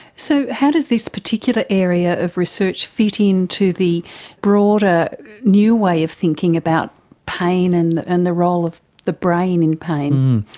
so how does this particular area of research fit in to the broader new way of thinking about pain and and the role of the brain in pain?